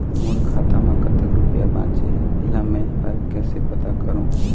मोर खाता म कतक रुपया बांचे हे, इला मैं हर कैसे पता करों?